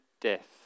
death